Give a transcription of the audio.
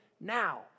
now